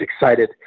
excited